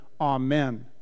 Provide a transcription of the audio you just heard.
Amen